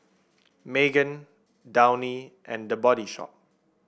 Megan Downy and The Body Shop